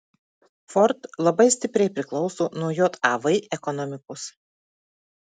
ford labai stipriai priklauso nuo jav ekonomikos